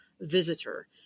visitor